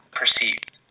perceived